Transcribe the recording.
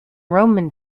roman